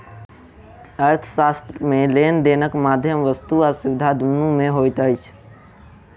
अर्थशास्त्र मे लेन देनक माध्यम वस्तु आ सुविधा दुनू मे होइत अछि